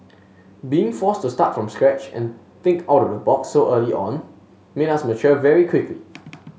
being forced to start from scratch and think out of the box so early on made us mature very quickly